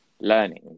learning